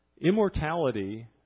Immortality